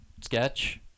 sketch